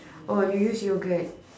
oh you use yoghurt